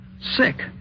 sick